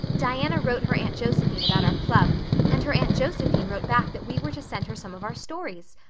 diana wrote her aunt josephine about our club and her aunt josephine wrote back that we were to send her some of our stories.